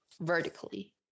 vertically